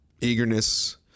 eagerness